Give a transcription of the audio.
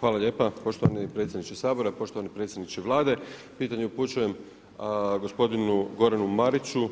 Hvala lijepo, poštivani predsjedniče Sabora, poštovani predsjedniče Vlade, pitanje upućujem, gospodinu Goranu Mariću,